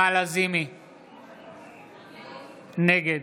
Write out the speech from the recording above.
נגד